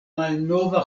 malnova